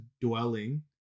dwelling